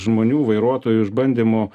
žmonių vairuotojų išbandymų